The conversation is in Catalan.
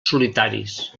solitaris